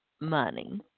money